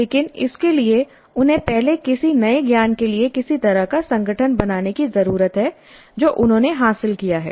लेकिन इसके लिए उन्हें पहले किसी नए ज्ञान के लिए किसी तरह का संगठन बनाने की जरूरत है जो उन्होंने हासिल किया है